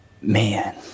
man